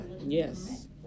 Yes